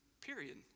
Period